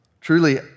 truly